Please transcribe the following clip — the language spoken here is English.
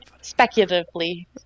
Speculatively